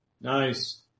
Nice